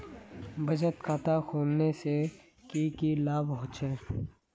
बचत खाता खोलने से की की लाभ होचे?